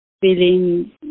feeling